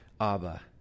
Abba